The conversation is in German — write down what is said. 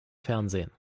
fernsehen